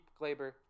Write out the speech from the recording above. Glaber